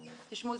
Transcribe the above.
תשמעו,